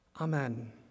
Amen